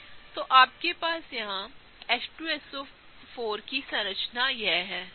तो आपके पास यहां H2SO4की संरचनायह है सही